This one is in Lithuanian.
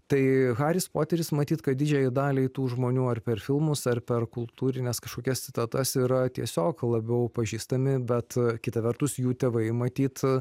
tai haris poteris matyt kad didžiajai daliai tų žmonių ar per filmus ar per kultūrines kažkokias citatas yra tiesiog labiau pažįstami bet kita vertus jų tėvai matyt